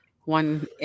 one